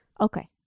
Okay